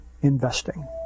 investing